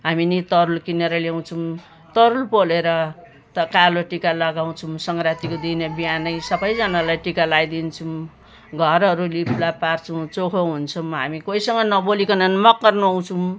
हामी पनि तरुल किनेर ल्याउँछौँ तरुल पोलेर त कालो टिका लगाउँछौँ सङ्क्रान्तिको दिनै बिहानै सबैजनालाई टिका लगाइदिन्छौँ घरहरू लिपलाप पार्छौँ चोखो हुन्छौँ हामी कोहीसँग नबोलीकन मकर नुहाउँछौँ